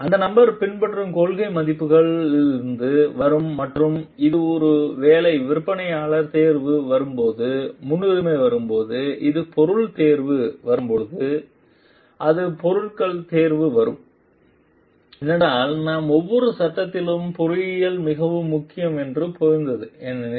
அந்த நபர் பின்பற்றும் கொள்கைகள் மதிப்புகள் இருந்து வரும் மற்றும் அது ஒருவேளை விற்பனையாளர்கள் தேர்வு வரும் போது முன்னுரிமை வரும் போது அது பொருட்கள் தேர்வு வரும் போது வரும் போது அது பொருட்கள் தேர்வு வரும் ஏனெனில் நாம் ஒவ்வொரு கட்டத்திலும் பொறியியல் மிகவும் முக்கியம் என்று புரிந்து ஏனெனில்